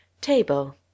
Table